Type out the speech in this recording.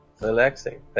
relaxing